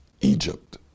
Egypt